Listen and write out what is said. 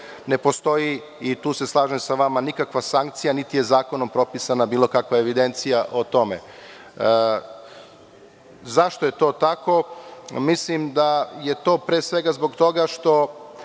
ne postoji, i tu se slažem sa vama, nikakva sankcija, niti je zakonom propisana bilo kakva evidencija o tome.Zašto je to tako? Mislim da je to pre svega zbog toga što